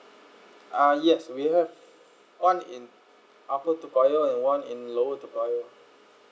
ah yes we have one in upper toa payoh and one in lower toa payoh